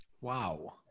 Wow